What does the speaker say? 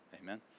Amen